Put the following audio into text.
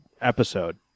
episode